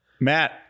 Matt